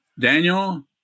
Daniel